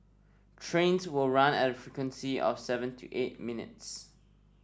trains will run at a frequency of seven to eight minutes